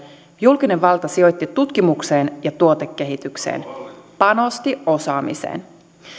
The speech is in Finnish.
julkinen valta sijoitti tutkimukseen ja tuotekehitykseen panosti osaamiseen